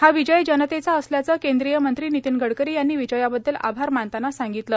हा विजय जनतेचा असल्याचे केंद्रीय मंत्री नितीन गडकरी यांनी विजयाबद्दल आभार मानताना सांगितले